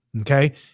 Okay